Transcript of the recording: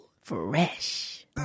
fresh